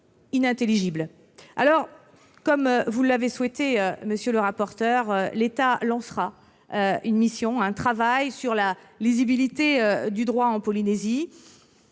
Comme vous l'avez souhaité, monsieur le rapporteur, l'État lancera une mission sur la lisibilité du droit en Polynésie.